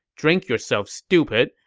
drink yourself stupid,